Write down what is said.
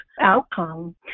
outcome